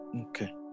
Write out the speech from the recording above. okay